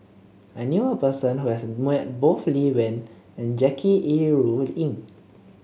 I knew a person who has met both Lee Wen and Jackie Yi Ru Ying